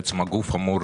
הגוף אמור